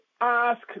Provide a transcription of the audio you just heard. ask